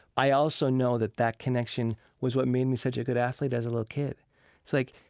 i also know that that connection was what made me such a good athlete as a little kid. it's like,